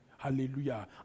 Hallelujah